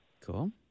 Cool